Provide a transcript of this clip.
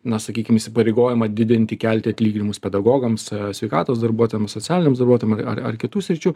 na sakykim įsipareigojimą didinti kelti atlyginimus pedagogams sveikatos darbuotojam socialiniam darbuotojam ar ar ar kitų sričių